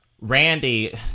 Randy